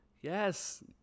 Yes